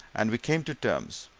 and we came to terms,